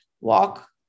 walk